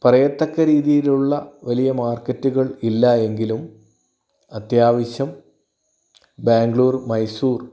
പറയത്തക്ക രീതിയിലുള്ള വലിയ മാർക്കറ്റുകൾ ഇല്ലാ എങ്കിലും അത്യാവശ്യം ബാംഗ്ലൂർ മൈസൂർ